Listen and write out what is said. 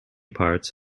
parts